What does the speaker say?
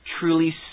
truly